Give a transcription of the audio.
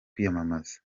kwiyamamaza